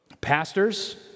Pastors